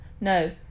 no